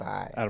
Five